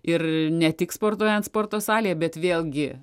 ir ne tik sportuojant sporto salėje bet vėlgi